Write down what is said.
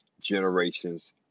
generations